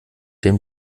dem